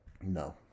No